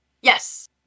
Yes